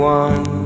one